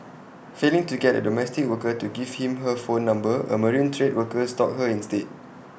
failing to get A domestic worker to give him her phone number A marine trade worker stalked her instead